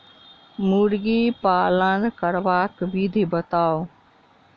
मुर्गी पालन करबाक विधि बताऊ?